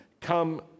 come